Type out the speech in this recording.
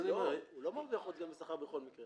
הוא לא מרוויח עוד סגן בשכר בכל מקרה,